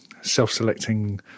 Self-selecting